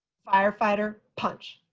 firefighter punch.